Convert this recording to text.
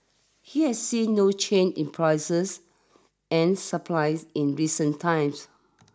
he has seen no change in prices and supplies in recent times